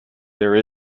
there